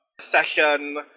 session